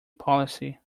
policy